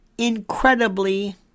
incredibly